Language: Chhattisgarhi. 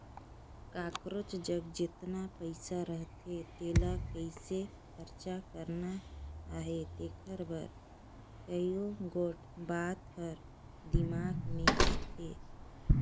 काकरोच जग जेतना पइसा रहथे तेला कइसे खरचा करना अहे तेकर बर कइयो गोट बात हर दिमाक में आथे